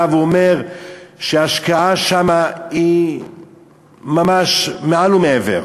והוא אומר שההשקעה שמה היא ממש מעל ומעבר.